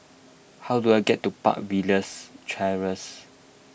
how do I get to Park Villas Terrace